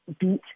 beat